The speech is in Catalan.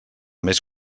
més